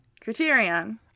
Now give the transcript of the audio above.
Criterion